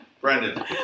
Brandon